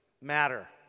matter